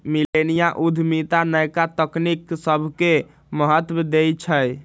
मिलेनिया उद्यमिता नयका तकनी सभके महत्व देइ छइ